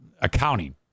accounting